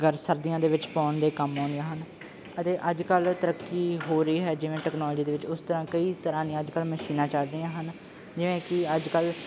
ਗਰ ਸਰਦੀਆਂ ਦੇ ਵਿੱਚ ਪਾਉਣ ਦੇ ਕੰਮ ਆਉਂਦੀਆਂ ਹਨ ਅਤੇ ਅੱਜ ਕੱਲ੍ਹ ਤਰੱਕੀ ਹੋ ਰਹੀ ਹੈ ਜਿਵੇਂ ਟੈਕਨੋਲੋਜੀ ਦੇ ਵਿੱਚ ਉਸ ਤਰ੍ਹਾਂ ਕਈ ਤਰ੍ਹਾਂ ਦੀਆਂ ਅੱਜ ਕੱਲ੍ਹ ਮਸ਼ੀਨਾਂ ਚੱਲ ਪਈਆਂ ਹਨ ਜਿਵੇਂ ਕਿ ਅੱਜ ਕੱਲ੍ਹ